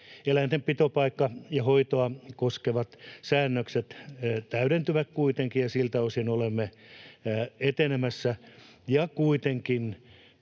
Eläinten pitopaikkaa ja hoitoa koskevat säännökset täydentyvät kuitenkin, ja siltä osin olemme etenemässä, ja kuitenkin